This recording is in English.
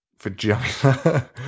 vagina